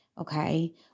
okay